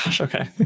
Okay